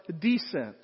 descent